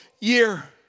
year